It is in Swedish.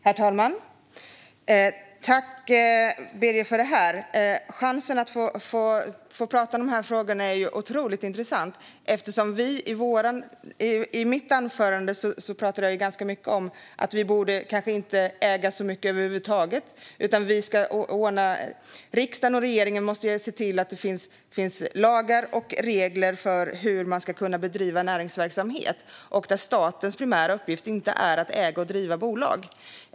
Herr talman! Tack, Birger, för chansen att få tala om dessa frågor! Detta är otroligt intressant. I mitt anförande talade jag ganska mycket om att vi kanske inte borde äga så mycket över huvud taget. Riksdagen och regeringen måste se till att det finns lagar och regler för hur man får bedriva näringsverksamhet. Staten primära uppgift är inte att äga och driva bolag.